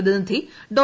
O പ്രതിനിധി ഡോ